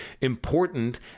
important